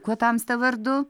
kuo tamsta vardu